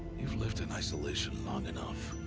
you've lived in isolation long enough.